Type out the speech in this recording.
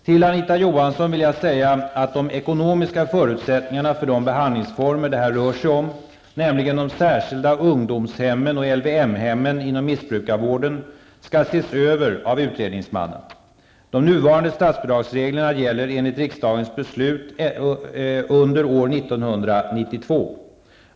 Till Anita Johansson vill jag säga att de ekonomiska förutsättningarna för de behandlingsformer det här rör sig om, nämligen de särskilda ungdomshemmen och LVM-hemmen inom missbrukarvården, skall ses över av utredningsmannen. De nuvarande statsbidragsreglerna gäller enligt riksdagens beslut under år 1992.